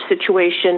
situation